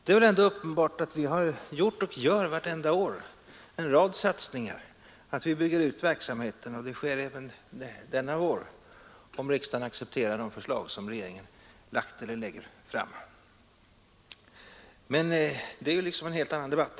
Det är väl ändå uppenbart att det vartenda år har gjorts och görs en rad satsningar för att bygga ut verksamheten, och det sker även denna vår, om riksdagen accepterar de förslag som regeringen lägger fram. Men det är alltså en helt annan debatt.